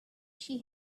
she